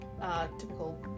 Typical